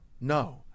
No